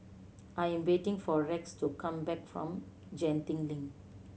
I am waiting for Rex to come back from Genting Link